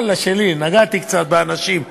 ואללה, שלי, נגעתי קצת באנשים,